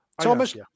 Thomas